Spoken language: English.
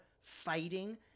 fighting